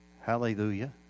Hallelujah